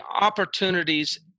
opportunities